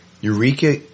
Eureka